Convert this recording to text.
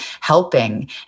helping